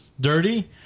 dirty